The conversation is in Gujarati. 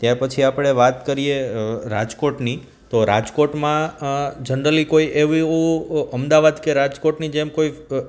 ત્યારપછી આપણે વાત કરીએ રાજકોટની તો રાજકોટમાં જનરલી કોઈ એવું અમદાવાદ કે રાજકોટની જેમ કોઈ